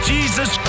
Jesus